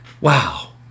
Wow